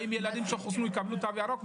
האם ילדים שחוסנו יקבלו תו ירוק,